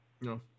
no